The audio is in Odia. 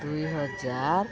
ଦୁଇ ହଜାର